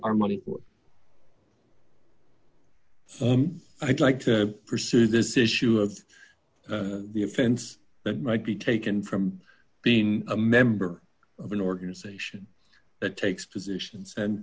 our money i'd like to pursue this issue of the offense that might be taken from being a member of an organization that takes positions and